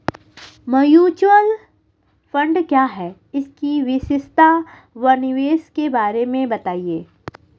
Mutual fund क्या है इसकी विशेषता व निवेश के बारे में बताइये?